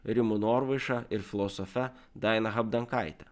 rimu norvaiša ir filosofe daina habdankaite